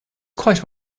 quite